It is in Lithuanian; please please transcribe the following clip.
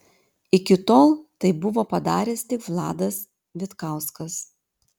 iki tol tai buvo padaręs tik vladas vitkauskas